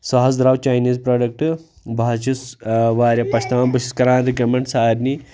سُہ حظ درٛاو چَینیٖر پرٛوڈَکٹ بہٕ حظ چھُس واریاہ پَشتاوان بہٕ چھُس کَران رِکَمٮ۪نٛڈ سارنٕے